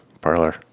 parlor